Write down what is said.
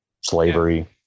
slavery